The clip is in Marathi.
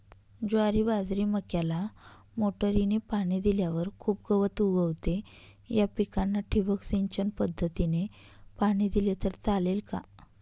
ज्वारी, बाजरी, मक्याला मोटरीने पाणी दिल्यावर खूप गवत उगवते, या पिकांना ठिबक सिंचन पद्धतीने पाणी दिले तर चालेल का?